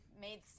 made